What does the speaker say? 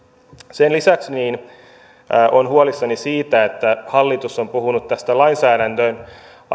sen lisäksi olen huolissani siitä että hallitus on puhunut lainsäädännön